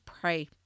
pray